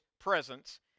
presence